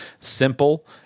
Simple